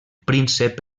príncep